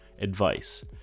advice